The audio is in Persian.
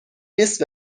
نصف